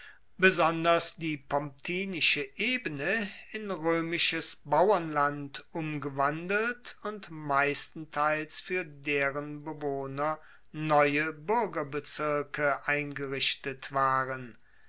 besonders die pomptinische ebene in roemisches bauernland umgewandelt und meistenteils fuer deren bewohner neue buergerbezirke eingerichtet waren